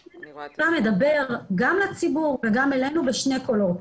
--- מדבר גם לציבור וגם אלינו בשני קולות.